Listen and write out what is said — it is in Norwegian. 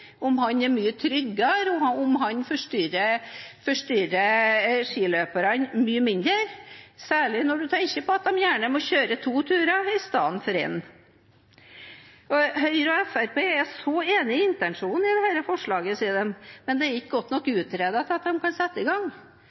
om leiescooteren bråker mindre, om den er mye tryggere, og om den forstyrrer skiløperne mindre, særlig når en tenker på at man gjerne må kjøre to turer i stedet for én. Høyre og Fremskrittspartiet er enig i intensjonen i dette forslaget, sier de, men det er ikke godt nok utredet til at de kan sette i gang.